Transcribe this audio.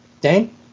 Dane